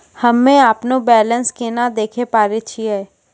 हम्मे अपनो बैलेंस केना देखे पारे छियै?